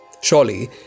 Surely